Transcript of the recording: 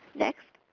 next.